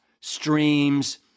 streams